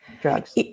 Drugs